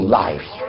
life